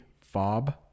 Fob